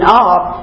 up